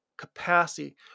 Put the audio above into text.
Capacity